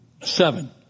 Seven